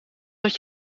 dat